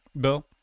bill